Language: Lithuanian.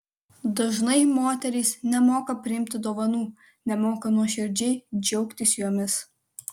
dažnai moterys nemoka priimti dovanų nemoka nuoširdžiau džiaugtis jomis